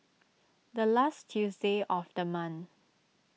the last Tuesday of the month